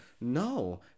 no